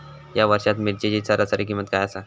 या वर्षात मिरचीची सरासरी किंमत काय आसा?